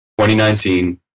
2019